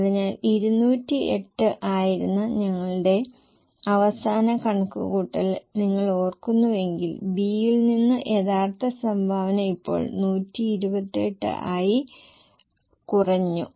അതിനാൽ 208 ആയിരുന്ന ഞങ്ങളുടെ അവസാന കണക്കുകൂട്ടൽ നിങ്ങൾ ഓർക്കുന്നുവെങ്കിൽ B യിൽ നിന്നുള്ള യഥാർത്ഥ സംഭാവന ഇപ്പോൾ 128 ആയി കുറഞ്ഞു